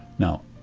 now,